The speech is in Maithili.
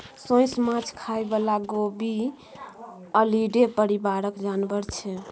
सोंइस माछ खाइ बला गेबीअलीडे परिबारक जानबर छै